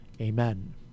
Amen